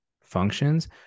functions